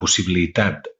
possibilitat